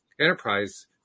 Enterprise